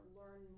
learn